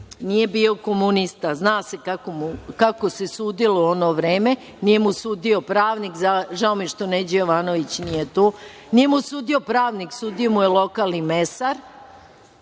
nije bio komunista, zna se kako se sudilo u ono vreme. Nije mu sudio pravnik, žao mi je što Neđo Jovanović nije tu. Nije mu sudio pravnik, sudio mu je lokalni mesar. Samo